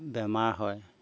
বেমাৰ হয়